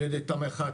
על ידי תמ"א אחת,